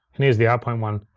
and here's the out point one.